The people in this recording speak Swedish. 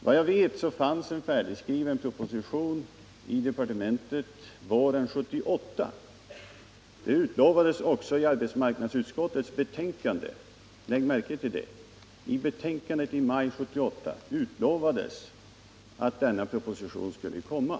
Vad jag vet, fanns en färdigskriven proposition i departementet våren 1978. I arbetsmarknadsutskottets betänkande i maj 1978 — lägg märke till det — utlovades att denna proposition skulle komma.